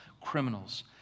criminals